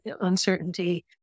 uncertainty